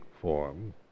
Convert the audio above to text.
form